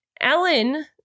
Ellen